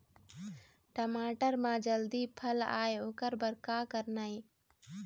टमाटर म जल्दी फल आय ओकर बर का करना ये?